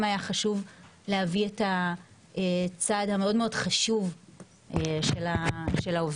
היה חשוב להביא את הצד החשוב מאוד של העובדים.